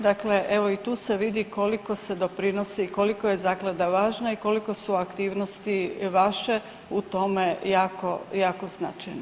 Dakle, evo i tu se vidi koliko se doprinosi, koliko je zaklada važna i koliko su aktivnosti vaše u tome jako, jako značajne.